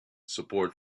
support